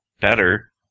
better